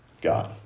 God